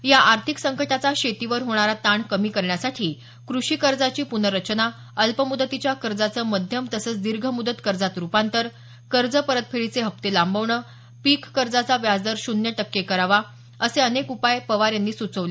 या आर्थिक संकटाचा शेतीवर होणारा ताण कमी करण्यासाठी कृषी कर्जाची प्नर्रचना अल्पमुदतीच्या कर्जाचं मध्यम तसंच दीर्घ मुदत कर्जात रुपांतर कर्ज परतफेडीचे हप्ते लांबवण पीक कजांचा व्याजदर शून्य टक्के करावा असे अनेक उपाय पवार यांनी सुचवले